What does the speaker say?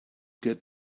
get